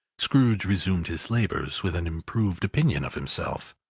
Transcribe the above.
scrooge resumed his labours with an improved opinion of himself,